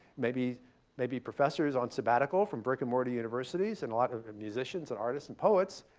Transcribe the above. maybe maybe professors on sabbatical from brick and mortar universities, and a lot of musicians and artists and poets.